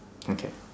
okay